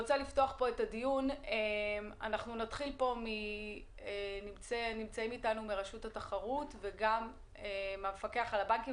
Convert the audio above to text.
אנחנו נתחיל את הדיון בנציגת המפקח על הבנקים.